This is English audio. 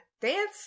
Dance